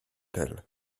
cottel